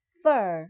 fur